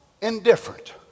indifferent